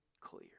clear